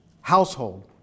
household